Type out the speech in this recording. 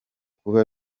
kuba